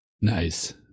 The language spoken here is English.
Nice